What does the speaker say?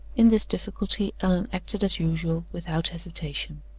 in this difficulty allan acted as usual, without hesitation.